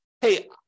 hey